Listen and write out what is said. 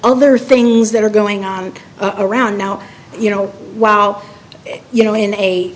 other things that are going on around now you know wow you know in a